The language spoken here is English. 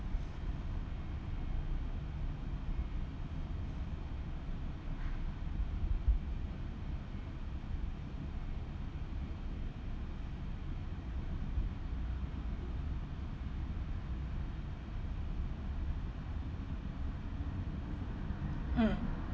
mm